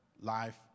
life